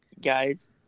guys